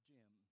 Jim